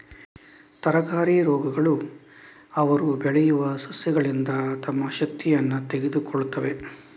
ತರಕಾರಿ ರೋಗಗಳು ಅವರು ಬೆಳೆಯುವ ಸಸ್ಯಗಳಿಂದ ತಮ್ಮ ಶಕ್ತಿಯನ್ನು ತೆಗೆದುಕೊಳ್ಳುತ್ತವೆ